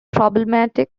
problematic